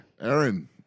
Aaron